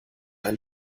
ein